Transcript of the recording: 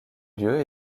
lieux